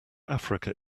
africa